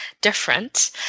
different